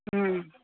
ம்